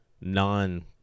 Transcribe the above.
non